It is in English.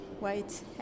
White